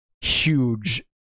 huge